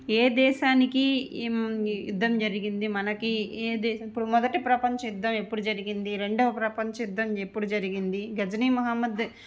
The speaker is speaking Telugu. ఏ దేశానికి యుద్ధం జరిగింది మనకి ఏ దేశము ఇప్పుడు మొదటి ప్రపంచ యుద్ధం ఎప్పుడు జరిగింది రెండవ ప్రపంచ యుద్ధం ఎప్పుడు జరిగింది గజిని మహమ్మద్